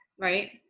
Right